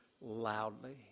loudly